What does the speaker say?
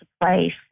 place